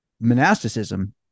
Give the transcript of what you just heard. monasticism